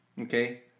okay